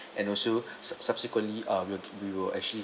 and also subs~ subsequently uh we will we will actually